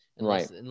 right